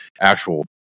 actual